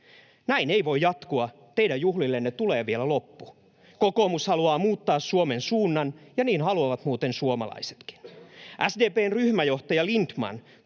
Näin ei voi jatkua. Teidän juhlillenne tulee vielä loppu. Kokoomus haluaa muuttaa Suomen suunnan, ja niin haluavat muuten suomalaisetkin. SDP:n ryhmäjohtaja Lindtman